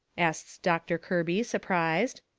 asts doctor kirby, surprised.